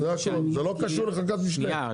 שניה,